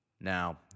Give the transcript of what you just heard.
Now